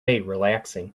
relaxing